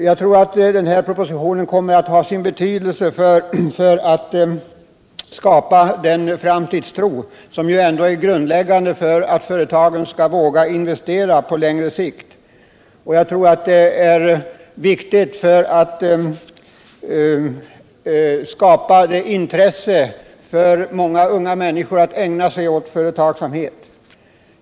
Jag tror att denna proposition kommer att ha sin betydelse för att skapa den framtidstro för företagen som ju ändå är grundläggande för att de skall våga investera och planera på längre sikt. Jag tror också att det är viktigt för att skapa intresse hos unga människor att ägna sig åt företagsamhet.